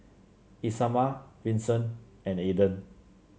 Isamar Vincent and Aidan